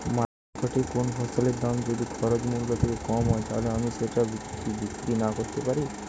মার্কেটৈ কোন ফসলের দাম যদি খরচ মূল্য থেকে কম হয় তাহলে আমি সেটা কি বিক্রি নাকরতেও পারি?